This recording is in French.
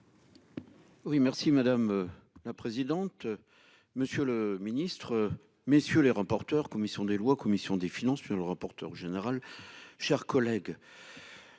Oui merci madame. La présidente. Monsieur le ministre, messieurs les rapporteurs, commission des lois, commission des finances, le rapporteur général, chers collègues.